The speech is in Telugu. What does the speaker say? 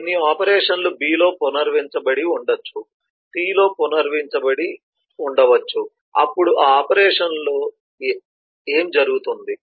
కొన్ని ఆపరేషన్లు B లో పునర్నిర్వచించబడి ఉండవచ్చు C లో పునర్నిర్వచించబడి ఉండవచ్చు అప్పుడు ఆ ఆపరేషన్లకు ఏమి జరుగుతుంది